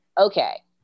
Okay